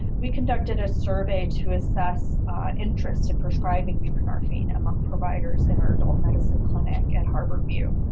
we conducted a survey to assess interest in prescribing buprenorphine among providers in our adult medicine clinic at harborview.